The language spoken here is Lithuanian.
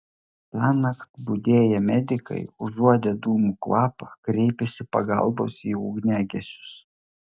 tąnakt budėję medikai užuodę dūmų kvapą kreipėsi pagalbos į ugniagesius